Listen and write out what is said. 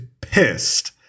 pissed